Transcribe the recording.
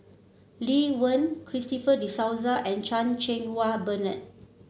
Lee Wen Christopher De Souza and Chan Cheng Wah Bernard